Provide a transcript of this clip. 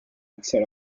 l’accès